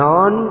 Non